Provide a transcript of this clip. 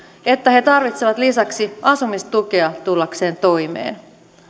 että he tarvitsevat lisäksi asumistukea tullakseen toimeen